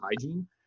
hygiene